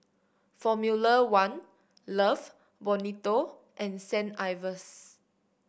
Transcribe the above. Formula One Love Bonito and Saint Ives